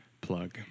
plug